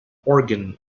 organ